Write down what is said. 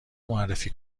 معرفی